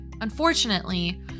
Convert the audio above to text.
Unfortunately